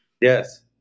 Yes